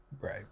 Right